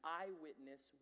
eyewitness